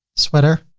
sweater,